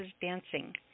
dancing